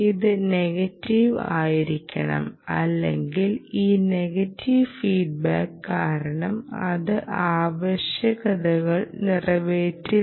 ഇത് നെഗറ്റീവ് ആയിരിക്കണം അല്ലെങ്കിൽ ഈ നെഗറ്റീവ് ഫീഡ്ബാക്ക് കാരണം അത് ആവശ്യകതകൾ നിറവേറ്റില്ല